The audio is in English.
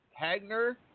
Hagner